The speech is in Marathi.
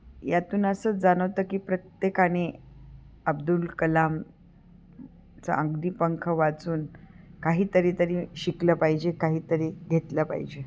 यातून असंच जाणवतं की प्रत्येकाने अब्दुल कलामचा अग्निपंख वाचून काहीतरी शिकलं पाहिजे काहीतरी घेतलं पाहिजे